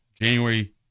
January